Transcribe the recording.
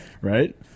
right